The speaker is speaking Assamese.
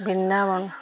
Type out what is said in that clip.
বৃন্দাবন